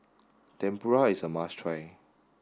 tempura is a must try